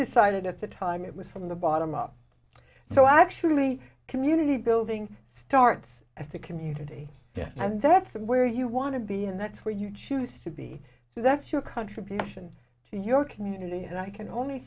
decided at the time it was from the bottom up so actually community building starts at the community yeah and that's where you want to be and that's where you choose to be so that's your country production to your community and i can only